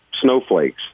snowflakes